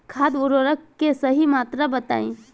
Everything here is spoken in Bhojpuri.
खाद उर्वरक के सही मात्रा बताई?